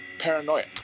Paranoia